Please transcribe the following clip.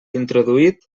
introduït